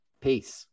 Peace